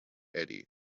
eddy